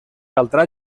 caldrà